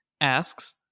asks